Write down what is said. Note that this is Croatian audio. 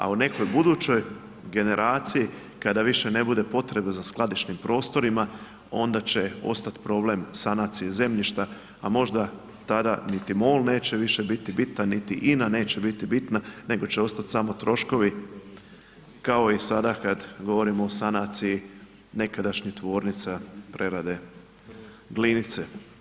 A u nekoj budućoj generaciji kada više ne bude potrebe za skladišnim prostorima onda će ostati problem sanacije zemljišta, a možda tada niti MOL neće više biti bitan, niti INA neće biti bitna nego će ostati samo troškovi kao i sada kada govorimo o sanaciji nekadašnje tvornice prerade glinice.